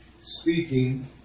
speaking